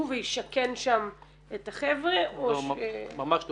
וישכן שם את החבר'ה או ש- - ממש לא.